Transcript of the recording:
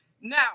Now